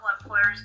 employers